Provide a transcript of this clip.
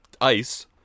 ICE